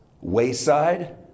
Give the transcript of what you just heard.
wayside